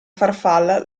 farfalla